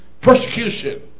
Persecution